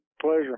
pleasure